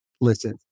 Listen